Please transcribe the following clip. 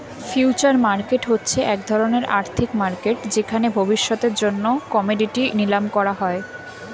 future market হচ্ছে এক ধরণের আর্থিক মার্কেট যেখানে ভবিষ্যতের জন্য কোমোডিটি নিলাম করা হয়